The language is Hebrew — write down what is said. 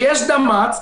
ויש דמ"צ,